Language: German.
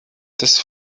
das